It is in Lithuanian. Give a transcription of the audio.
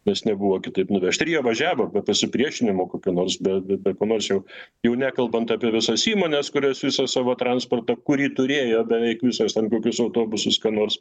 nes nebuvo kitaip nuvežti jie važiavo be pasipriešinimo kokio nors be be ko nors jau jau nekalbant apie visas įmones kurios visą savo transportą kurį turėjo beveik visos ten kokius autobusus ką nors